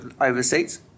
overseas